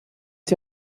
sie